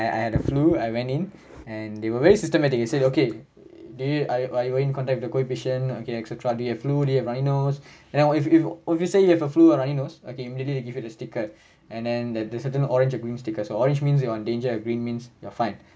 I I had a flu I went in and they were very systematic they said okay do you are you are you in contact with the COVID patient okay et cetera do you have flu do you have running nose and then what if if you say you have a flu and runny nose okay immediately they give you the stickers and then that there's certain orange and green stickers okay orange means you're in danger green means you're fine